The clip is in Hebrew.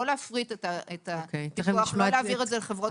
לא להפריט את הפיקוח ולא להעביר לחברות שיפקחו.